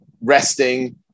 resting